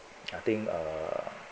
I think uh